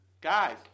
Guys